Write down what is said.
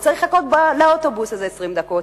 הוא צריך לחכות לאוטובוס 20 דקות,